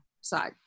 side